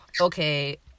okay